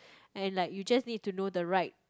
and like you just need to know the right